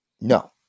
No